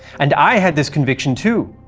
and i had this conviction too.